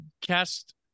cast